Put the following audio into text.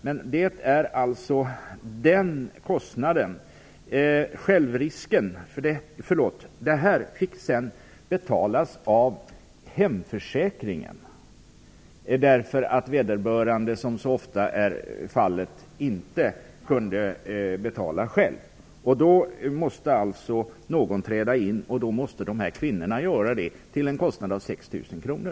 Men detta fick sedan betalas via hemförsäkringen eftersom vederbörande - som så ofta är fallet - inte kunde betala själv. Då måste någon träda in, vilket kvinnorna fick göra till en kostnad av 6 000 kr.